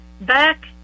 back